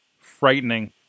frightening